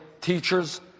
teachers